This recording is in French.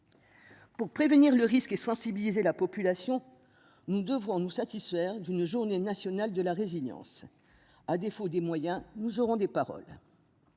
Pour prévenir le risque et sensibiliser la population, nous devons nous satisfaire d'une journée nationale de la résilience à défaut des moyens, nous aurons des paroles.